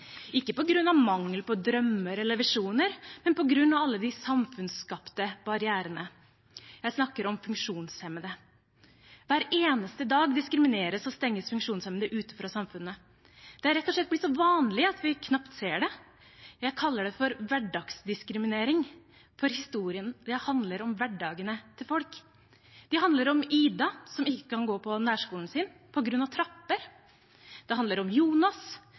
ikke på grunn av mangel på drømmer eller visjoner, men på grunn av alle de samfunnsskapte barrierene. Jeg snakker om funksjonshemmede. Hver eneste dag diskrimineres og stenges funksjonshemmede ute fra samfunnet. Det er rett og slett blitt så vanlig at vi knapt ser det. Jeg kaller det hverdagsdiskriminering, for historiene handler om hverdagen til folk. Det handler om Ida, som ikke kan gå på nærskolen sin på grunn av trapper, det handler om Jonas,